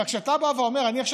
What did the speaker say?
אבל כשאתה בא ואומר: אני עכשיו,